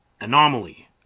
Anomaly